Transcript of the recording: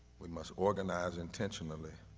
we must organize intentionally,